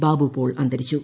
ബാബുപോൾ അന്തരിച്ചു